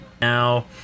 Now